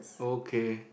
okay